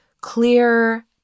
clear